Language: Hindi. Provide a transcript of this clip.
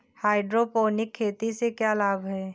हाइड्रोपोनिक खेती से क्या लाभ हैं?